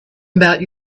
about